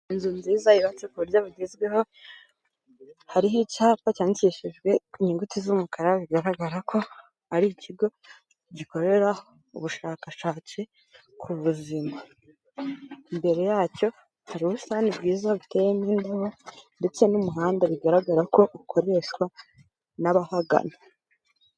Inzu nziza yubatse ku buryo bugezweho, hariho icyapa cyandikishijwe inyuguti z'umukara, bigaragara ko ari ikigo gikorera ubushakashatsi ku buzima. Imbere yacyo hari ubusitani bwiza buteyemo indabo ndetse n'umuhanda bigaragara ko ukoreshwa n'abahagana.